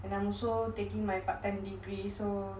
and I'm so taking my part time degree so